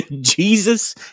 Jesus